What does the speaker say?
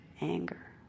anger